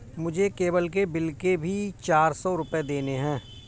मुझे केबल के बिल के भी चार सौ रुपए देने हैं